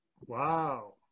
Wow